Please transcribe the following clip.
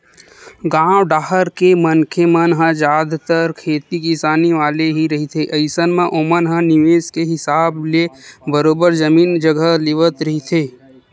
गाँव डाहर के मनखे मन ह जादतर खेती किसानी वाले ही रहिथे अइसन म ओमन ह निवेस के हिसाब ले बरोबर जमीन जघा लेवत रहिथे